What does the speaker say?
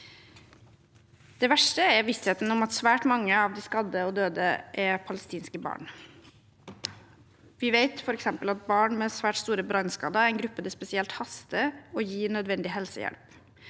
Det verste er vissheten om at svært mange av de skadde og døde er palestinske barn. Vi vet f.eks. at barn med svært store brannskader er en gruppe det spesielt haster å gi nødvendig helsehjelp.